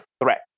threat